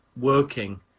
working